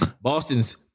Boston's